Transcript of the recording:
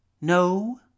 No